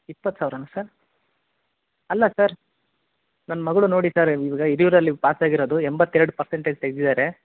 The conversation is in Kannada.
ಇಪ್ಪತ್ತು ಸಾವಿರಾನ ಸರ್ ಅಲ್ಲ ಸರ್ ನನ್ನ ಮಗಳು ನೋಡಿ ಸರ್ ಈವಾಗ ಹಿರಿಯೂರಲ್ಲಿ ಪಾಸಾಗಿರೋದು ಎಂಬತ್ತೆರಡು ಪರ್ಸೆಂಟೇಜ್ ತೆಗೆದಿದ್ದಾರೆ